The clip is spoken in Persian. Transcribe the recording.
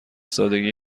سادگی